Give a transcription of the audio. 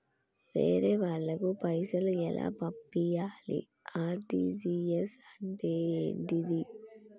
వేరే వాళ్ళకు పైసలు ఎలా పంపియ్యాలి? ఆర్.టి.జి.ఎస్ అంటే ఏంటిది?